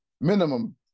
minimum